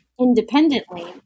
independently